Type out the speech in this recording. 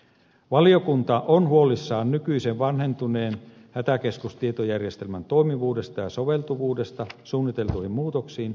valiokunta on huolissaan nykyisen vanhentuneen hätäkeskustietojärjestelmän toimivuudesta ja soveltuvuudesta suunniteltuihin muutoksiin